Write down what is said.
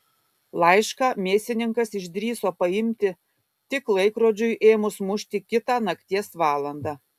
laišką mėsininkas išdrįso paimti tik laikrodžiui ėmus mušti kitą nakties valandą